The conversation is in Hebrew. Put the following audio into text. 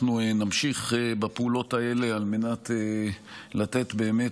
אנחנו נמשיך בפעולות האלה על מנת לתת באמת